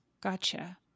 Gotcha